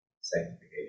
sanctification